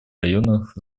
районах